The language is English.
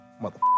Mother